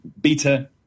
beta